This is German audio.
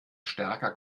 stärker